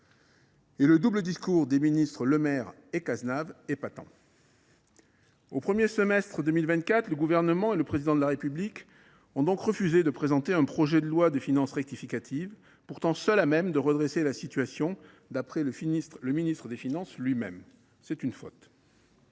Le double discours des ministres Bruno Le Maire et Thomas Cazenave est patent. Au premier semestre de 2024, le Gouvernement et le Président de la République ont donc refusé de présenter un projet de loi de finances rectificative, pourtant seul à même de redresser la situation, d’après le ministre des finances lui même. C’est une faute.